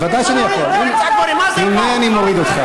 אני מבקש,